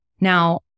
Now